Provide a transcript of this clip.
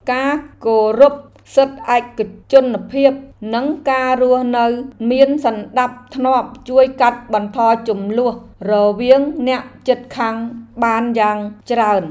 ការគោរពសិទ្ធិឯកជនភាពនិងការរស់នៅមានសណ្តាប់ធ្នាប់ជួយកាត់បន្ថយជម្លោះរវាងអ្នកជិតខាងបានយ៉ាងច្រើន។